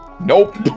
nope